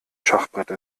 schachbretts